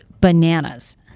bananas